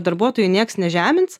darbuotojų niekas nežemins